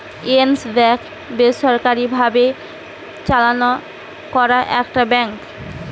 yes Bank বেসরকারি ভাবে চালনা করা একটা ব্যাঙ্ক